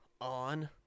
on